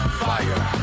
fire